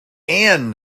and